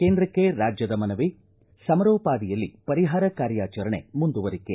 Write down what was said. ಕೇಂದ್ರಕ್ಕೆ ರಾಜ್ಯದ ಮನವಿ ಸಮರೋಪಾದಿಯಲ್ಲಿ ಪರಿಹಾರ ಕಾರ್ಯಾಚರಣೆ ಮುಂದುವರಿಕೆ